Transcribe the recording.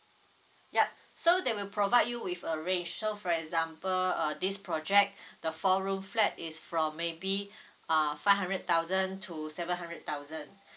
yup so they will provide you with a range so for example uh this project the four room flat is from maybe uh five hundred thousand to seven hundred thousand